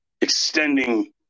extending